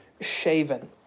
shaven